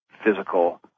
physical